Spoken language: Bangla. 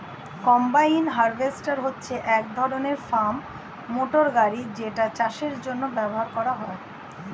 কম্বাইন হারভেস্টার হচ্ছে এক ধরণের ফার্ম মোটর গাড়ি যেটা চাষের জন্য ব্যবহার হয়